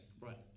right